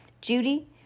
Judy